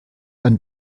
ein